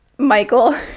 Michael